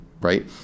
right